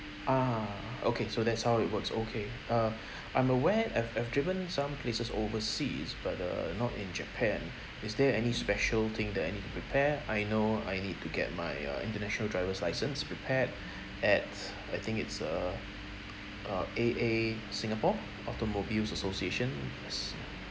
ah okay so that's how it works okay uh I'm aware I've I've driven some places overseas but uh not in japan is there any special thing that I need to prepare I know I need to get my uh international driver's license prepared at I think it's uh uh A_A singapore automobiles association